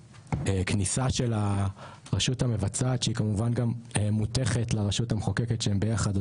והכניסה של הרשות המבצעת שהיא כמובן גם מותכת לרשות המחוקקת שהם ביחד,